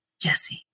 jesse